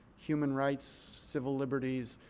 human rights, civil liberties,